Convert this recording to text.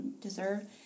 deserve